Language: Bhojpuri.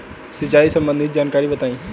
सिंचाई संबंधित जानकारी बताई?